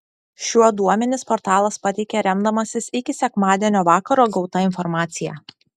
šiuo duomenis portalas pateikė remdamasis iki sekmadienio vakaro gauta informacija